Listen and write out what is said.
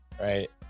right